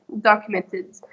documented